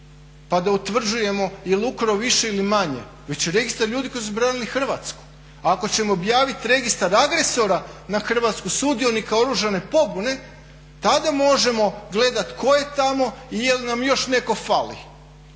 pa da utvrđujemo je li ukrao više ili manje već registar ljudi koji su branili Hrvatsku. A ako ćemo objaviti registar agresora na Hrvatsku sudionika oružane pobune tada možemo gledati tko je tamo i je li nam još netko fali.